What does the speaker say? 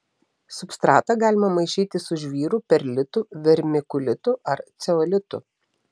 substratą galima maišyti su žvyru perlitu vermikulitu ar ceolitu